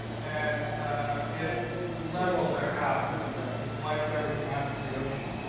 and it leveled their house in effect, just wiped everything out to the ocean.